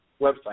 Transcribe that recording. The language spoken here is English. website